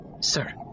Sir